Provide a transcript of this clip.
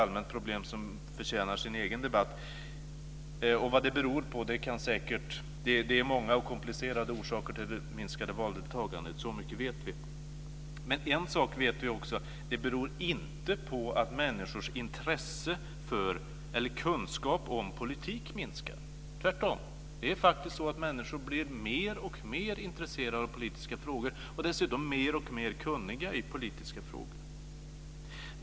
Det är ett problem som förtjänar sin egen debatt. Vi vet att det finns många och komplicerade orsaker till det minskade valdeltagandet. Men vi vet också att det inte beror på att människors intresse för eller kunskap om politik minskar. Tvärtom! Människor blir mer och mer intresserade av politiska frågor, dessutom mer och mer kunniga i politiska frågor.